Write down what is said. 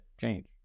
change